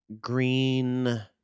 green